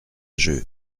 jeu